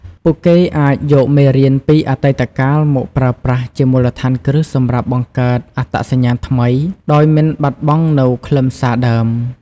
ពួកគេអាចយកមេរៀនពីអតីតកាលមកប្រើប្រាស់ជាមូលដ្ឋានគ្រឹះសម្រាប់បង្កើតអត្តសញ្ញាណថ្មី ដោយមិនបាត់បង់នូវខ្លឹមសារដើម។